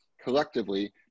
collectively